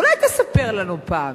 אולי תספר לנו פעם.